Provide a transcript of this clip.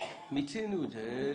מיצינו את זה.